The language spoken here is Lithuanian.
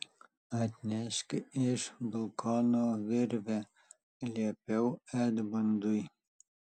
atnešk iš balkono virvę liepiau edmundui